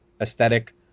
aesthetic